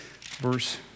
verse